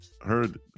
heard